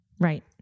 Right